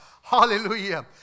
hallelujah